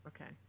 Okay